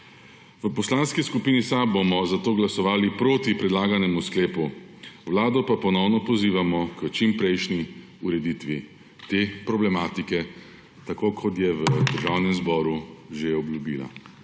V Poslanski skupini SAB bomo zato glasovali proti predlaganemu sklepu. Vlado pa ponovno pozivamo k čimprejšnji ureditvi te problematike, tako kot je v Državnem zboru že obljubila.